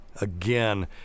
again